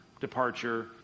departure